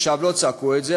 עכשיו לא צעקו את זה,